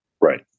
Right